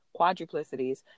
quadruplicities